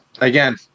again